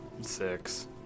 six